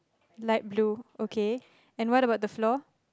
light blue okay and what about the floor